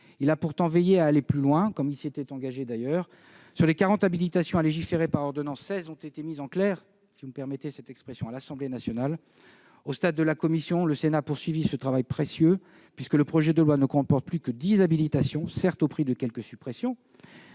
Il a pourtant veillé à aller plus loin, comme il s'y était engagé. Sur les 40 habilitations à légiférer par ordonnances, 16 ont été mises « en clair », si vous me permettez cette expression, à l'Assemblée nationale. Au stade de l'examen en commission, le Sénat a poursuivi ce travail précieux, puisque le projet de loi ne comporte plus que 10 habilitations, certes au prix de quelques suppressions,